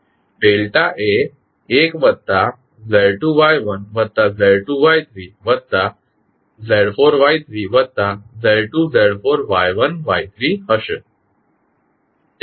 delta એ 1 વત્તા Z2 Y1 વત્તા Z2 Y3 વત્તા Z4 Y3 વત્તા Z2 Z4 Y1 Y3 હશે